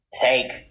Take